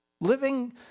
living